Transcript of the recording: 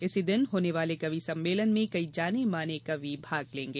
इसी दिन होने वाले कवि सम्मेलन में कई जाने माने कवि भाग लेंगे